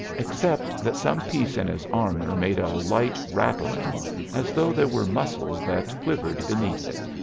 except that some piece in his armour made a light rattling as though there were muscles that quivered beneath it.